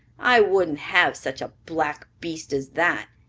i wouldn't have such a black beast as that!